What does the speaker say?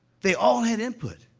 they all had input.